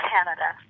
Canada